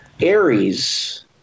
Aries